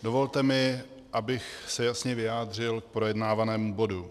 Dovolte mi, abych se jasně vyjádřil k projednávanému bodu.